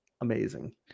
amazing